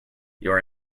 your